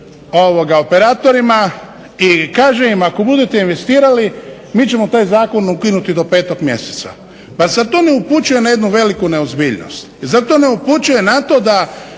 operatorima i kaže im ako budete investirali mi ćemo taj zakon ukinuti do 5. Mjeseca. Pa zar to ne upućuje na jednu veliku neozbiljnost? Zar to ne upućuje na to da